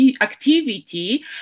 activity